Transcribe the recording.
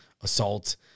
assault